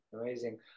amazing